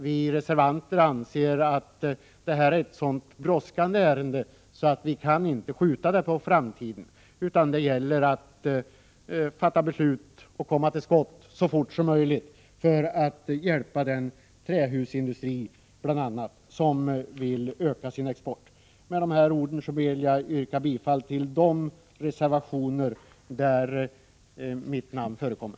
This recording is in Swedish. Vi reservanter anser dock att detta är ett så brådskande ärende att vi inte kan skjuta det på framtiden. Det gäller att komma till skott — fatta beslut — så fort som möjligt, för att hjälpa bl.a. den trähusindustri som vill öka sin export. Med dessa ord yrkar jag bifall till de reservationer där mitt namn förekommer.